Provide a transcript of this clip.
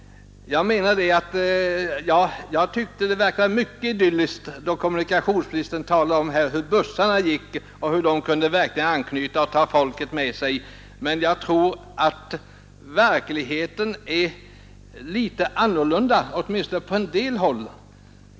Det lät mycket idylliskt då kommunikationsministern här talade om hur bussarna gick och hur de kunde anknyta och ta folket med sig. Men jag tror att verkligheten är litet annorlunda, åtminstone på en del håll.